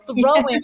throwing